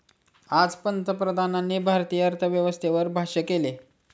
आज पंतप्रधानांनी भारतीय अर्थव्यवस्थेवर भाष्य केलं